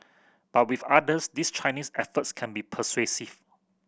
but with others these Chinese efforts can be persuasive